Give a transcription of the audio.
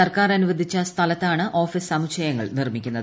സർക്കാർ അനുവദിച്ച സ്ഥലത്താണ് ഓഫീസ് സമുച്ചയങ്ങൾ നിർമിക്കുന്നത്